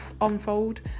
unfold